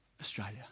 Australia